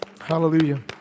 Hallelujah